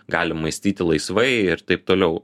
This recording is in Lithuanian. galim mąstyti laisvai ir taip toliau